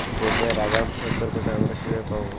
বন্যার আগাম সতর্কতা আমরা কিভাবে পাবো?